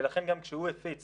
ולכן גם כשהוא הפיץ